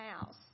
house